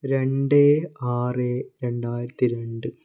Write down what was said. രണ്ട് ആറ് രണ്ടായിരത്തി രണ്ട്